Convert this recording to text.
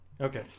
okay